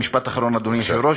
משפט אחרון, אדוני היושב-ראש.